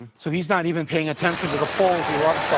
so he's not even paying attention to the polls he